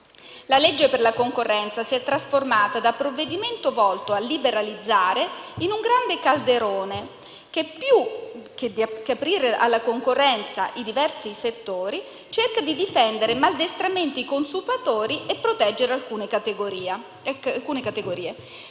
La legge per la concorrenza si è trasformata, da provvedimento volto a liberalizzare, in un grande calderone che, più che aprire alla concorrenza in diversi settori, cerca di difendere maldestramente i consumatori e proteggere alcune categorie.